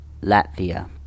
Latvia